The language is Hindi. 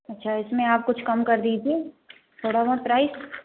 अच्छा इसमें आप कुछ कम कर देते थोड़ा बहुत प्राइज़